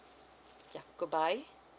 ya good bye